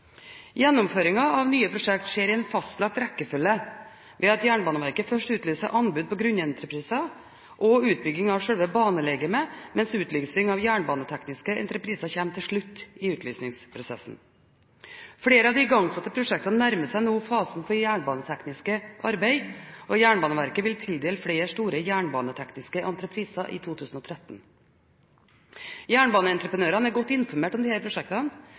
av nye prosjekter skjer i en fastlagt rekkefølge ved at Jernbaneverket først utlyser anbud på grunnentrepriser og utbyggingen av selve banelegemet, mens utlysing av jernbanetekniske entrepriser kommer til slutt i utlysningsprosessen. Flere av de igangsatte prosjektene nærmer seg nå fasen for jernbanetekniske arbeider, og Jernbaneverket vil tildele flere store jernbanetekniske entrepriser i 2013. Jernbaneentreprenørene er godt informert om disse prosjektene,